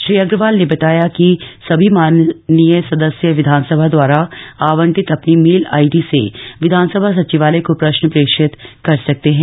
श्री अग्रवाल ने बताया कि सभी माननीय सदस्य विधानसभा द्वारा आवंटित अपनी मेल आईडी से विधानसभा सचिवालय को प्रश्न प्रेषित कर सकते है